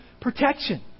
protection